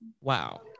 Wow